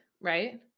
Right